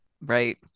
Right